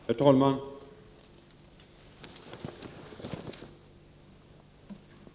Herr talman!